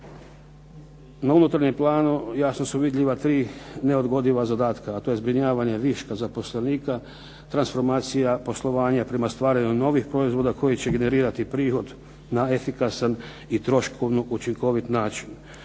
Na unutarnjem planu jasno su vidljiva tri neodgodiva zadataka. A to je zbrinjavanja viška zaposlenika, transformacija poslovanja prema stvaranju novih proizvoda koji će generirati prihod na efikasan i troškovno učinkovit način,